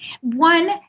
One